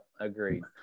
Agreed